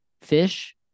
fish